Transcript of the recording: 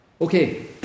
Okay